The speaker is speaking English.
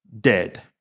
dead